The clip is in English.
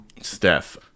Steph